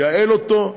ייעל אותו,